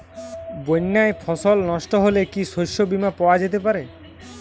বন্যায় ফসল নস্ট হলে কি শস্য বীমা পাওয়া যেতে পারে?